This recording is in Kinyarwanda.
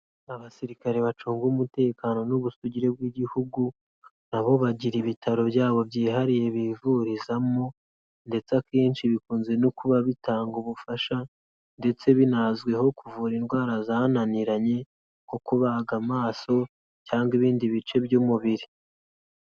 Abasirikare bacunga umutekano n'ubusugire bw'igihugu, na bo bagira ibitaro byabo byihariye bivurizamo ndetse akenshi bikunze no kuba bitanga ubufasha ndetse binazwiho kuvura indwara zananiranye, nko kubaga amaso cyangwa ibindi bice by'umubiri.